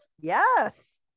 Yes